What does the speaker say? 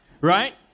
Right